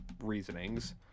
reasonings